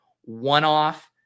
one-off